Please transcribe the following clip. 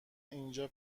اینجا